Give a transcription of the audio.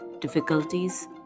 difficulties